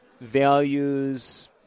values